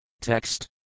Text